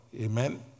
Amen